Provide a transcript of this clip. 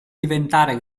diventare